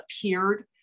appeared